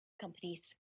companies